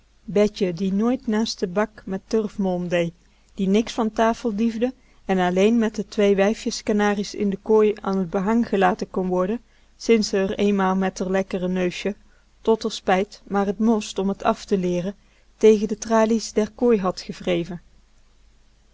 betje die nit naast den bak met turfmolm dee die niks van tafel diefde en alleen met de twee wijfjes kanaries in de kooi an t behang gelaten kon worden sinds ze r eenmaal met d'r lekkere neusje tot r spijt maar t most om t af te leeren tegen de tralies der kooi had gewreven